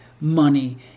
money